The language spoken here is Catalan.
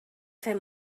fer